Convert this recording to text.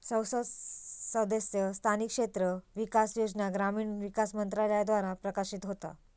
संसद सदस्य स्थानिक क्षेत्र विकास योजना ग्रामीण विकास मंत्रालयाद्वारा प्रशासित होता